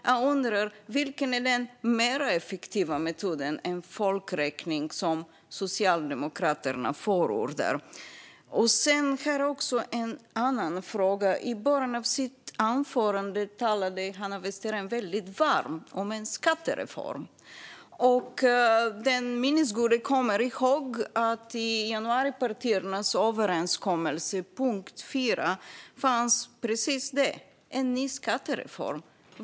Jag undrar: Vilken är den mer effektiva metod som Socialdemokraterna förordar? Jag har också en annan fråga. I början av sitt anförande talade Hanna Westerén väldigt varmt om en skattereform. Den minnesgode kommer ihåg att punkt 4 i januaripartiernas överenskommelse handlade om just en ny skattereform.